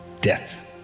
death